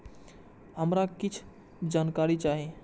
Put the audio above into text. हमरा कीछ जानकारी चाही